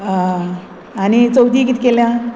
आं आनी चवथी कित केलां